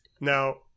Now